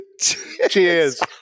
Cheers